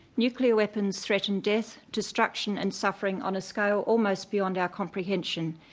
nuclear weapons threaten death, destruction and suffering on a scale almost beyond our comprehension.